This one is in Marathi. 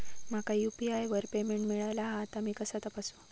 माका यू.पी.आय वर पेमेंट मिळाला हा ता मी कसा तपासू?